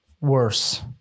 worse